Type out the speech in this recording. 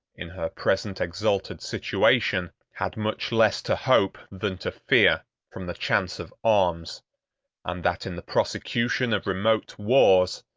in her present exalted situation, had much less to hope than to fear from the chance of arms and that, in the prosecution of remote wars,